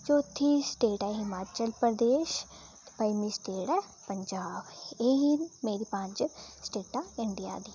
चौथी स्टेट ऐ हिमाचल प्रदेश ते पंजमी स्टेट ऐ पंजाब एह् ही मेरी पंज स्टेटां इंडिया दी